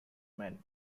men